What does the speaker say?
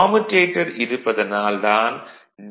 commutator இருப்பதனால் தான் D